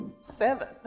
Seven